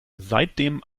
seitdem